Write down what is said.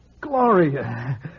Gloria